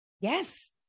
Yes